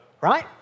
Right